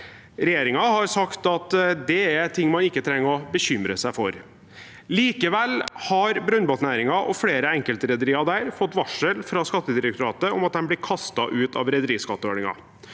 Regjeringen har sagt at dette er ting man ikke trenger å bekymre seg for. Likevel har brønnbåtnæringen og flere enkeltrederier der fått varsel fra Skattedirektoratet om at de blir kastet ut av rederiskatteordningen,